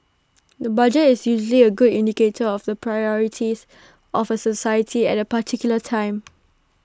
the budget is usually A good indicator of the priorities of A society at A particular time